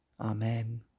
Amen